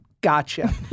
Gotcha